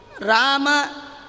Rama